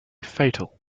fatal